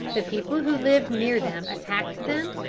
the people who lived near them attacked them,